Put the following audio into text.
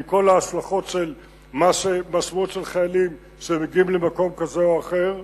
עם כל המשמעות של חיילים שמגיעים למקום כזה או אחר,